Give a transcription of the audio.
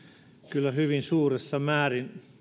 kyllä hyvin suuressa määrin